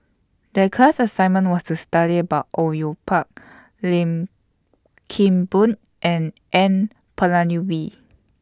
The class assignment was to study about Au Yue Pak Lim Kim Boon and N Palanivelu